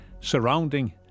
surrounding